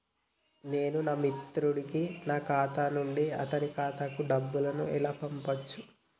నేను నా మిత్రుడి కి నా ఖాతా నుండి అతని ఖాతా కు డబ్బు ను ఎలా పంపచ్చు?